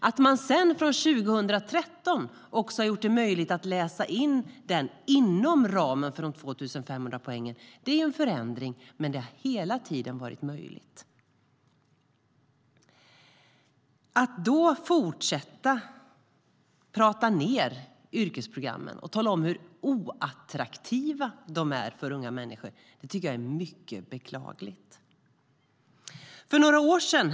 Att man från 2013 har gjort det möjligt att läsa in det inom ramen för de 2 500 poängen är en förändring, men det har hela tiden varit möjligt. Herr talman!